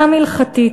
גם הלכתית,